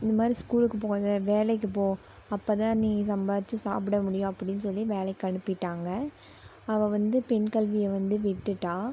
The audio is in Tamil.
இது மாதிரி ஸ்கூலுக்குப் போகாத வேலைக்குப் போ அப்போதான் நீ சம்பாதிச்சி சாப்பிட முடியும் அப்படினு சொல்லி வேலைக்குப் அனுப்பிவிட்டாங்க அவள் வந்து பெண் கல்வியை வந்து விட்டுவிட்டா